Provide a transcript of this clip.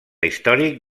històric